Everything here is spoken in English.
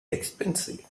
expensive